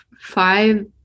five